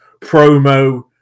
promo